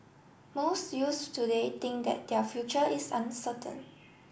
most youths today think that their future is uncertain